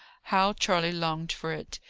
how charley longed for it,